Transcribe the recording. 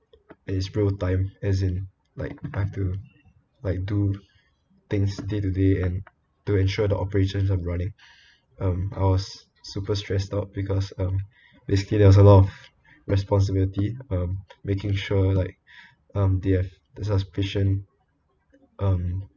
and it's real time as in like I have to like do things day to day and to ensure the operations are running um I was super stressed out because um this team has a of responsibility um making sure like um they have the sufficient um